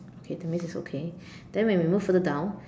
okay that means it's okay then we move further down